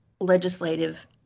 legislative